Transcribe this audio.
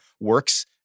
works